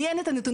לי אין הנתונים,